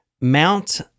Mount